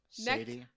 Next